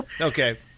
Okay